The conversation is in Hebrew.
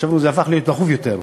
חשבנו שזה הפך להיות דחוף יותר.